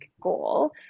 goal